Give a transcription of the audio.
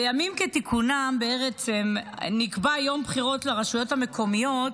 בימים כתיקונם נקבע יום הבחירות לרשויות המקומיות